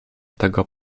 tego